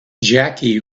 jackie